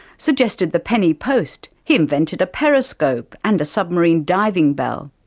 suggested the penny post, he invented a periscope and a submarine diving bell.